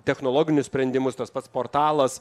technologinius sprendimus tas pats portalas